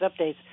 updates